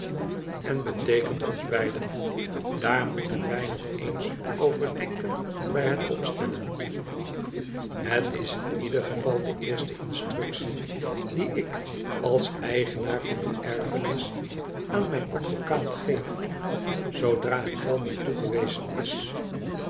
en beteekent ons beiden daar moeten wij nog eens over denken inj het opstellen het is in ieder geval de eerste instructie die ik als eigenaar van die erfenis aan mijn advocaat geef zoodra het geld mij toegewezen is